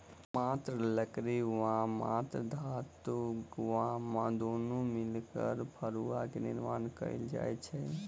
मात्र लकड़ी वा मात्र धातु वा दुनू मिला क फड़ुआक निर्माण कयल जाइत छै